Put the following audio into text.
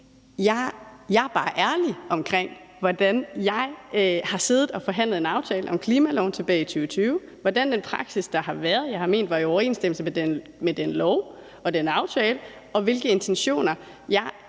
Jeg er bare ærlig omkring, hvordan jeg har siddet og forhandlet en aftale om klimaloven tilbage i 2020; hvordan jeg har ment at den praksis, der har været, var i overensstemmelse med den lov og den aftale; og hvilke intentioner jeg helt